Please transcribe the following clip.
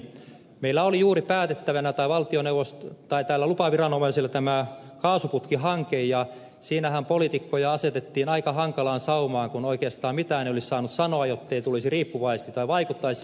meillä oli juuri päätettävänä lupaviranomaisilla tämä kaasuputkihanke ja siinähän poliitikkoja asetettiin aika hankalaan saumaan kun oikeastaan mitään ei olisi saanut sanoa jotta ei vaikuttaisi hankkeeseen